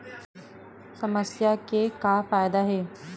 समस्या के का फ़ायदा हे?